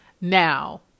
Now